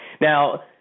Now